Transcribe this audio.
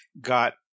got